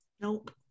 Nope